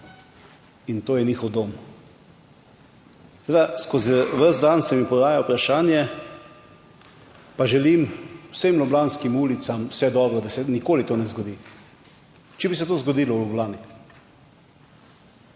in to je njihov dom. Seveda skozi ves dan se mi poraja vprašanje, pa želim vsem ljubljanskim ulicam vse dobro, da se nikoli to ne zgodi, če bi se to zgodilo v Ljubljani.